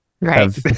Right